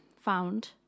found